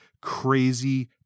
crazy